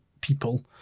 people